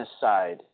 side